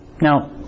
Now